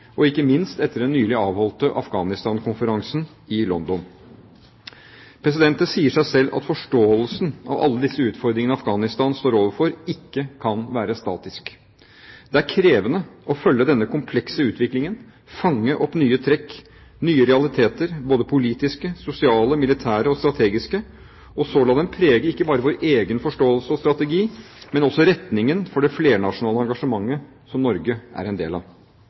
og ikke minst etter den nylig avholdte Afghanistan-konferansen i London. Det sier seg selv at forståelsen av alle disse utfordringene Afghanistan står overfor, ikke kan være statisk. Det er krevende å følge denne komplekse utviklingen, fange opp nye trekk, nye realiteter – både politiske, sosiale, militære og strategiske – og så la dem prege ikke bare vår egen forståelse og strategi, men også retningen for det flernasjonale engasjementet som Norge er en del av.